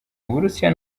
uburusiya